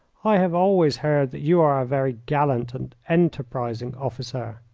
i have always heard that you are a very gallant and enterprising officer.